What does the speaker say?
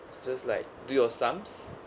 it's just like do your sums